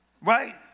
Right